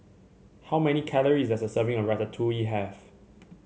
how many calories does a serving of Ratatouille have